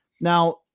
Now